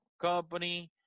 company